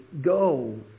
go